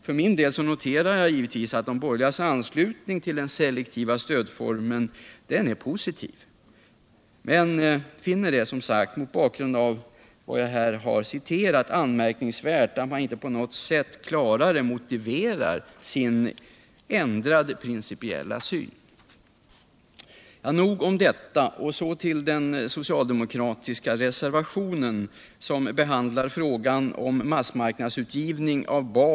För egen del noterar jag givetvis alt de borgerligas inställning till den selektiva stödformen är positiv men finner det som sagt, mot bakgrund av vad jag här har citerat, anmärkningsvärt att man inte på något sätt klarare motiverar sin ändrade principiella syn.